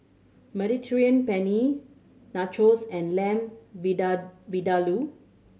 Mediterranean Penne Nachos and Lamb Vindaloo